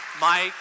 Mike